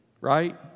Right